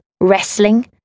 wrestling